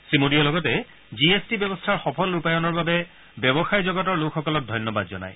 শ্ৰীমোডীয়ে লগতে G S T ব্যৱস্থাৰ সফল ৰূপায়ণৰ বাবে ব্যৱসায় জগতৰ লোকসকলক ধন্যবাদ জনায়